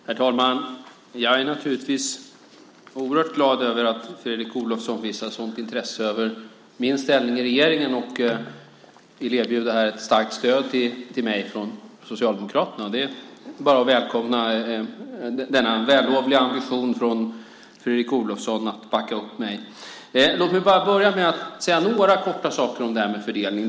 Herr talman! Jag är oerhört glad över att Fredrik Olovsson visar ett sådant intresse för min ställning i regeringen och vill erbjuda ett starkt stöd till mig från Socialdemokraterna. Det är bara att välkomna denna vällovliga ambition från Fredrik Olovsson att backa upp mig. Låt mig bara börja med att säga några korta saker om det här med fördelning.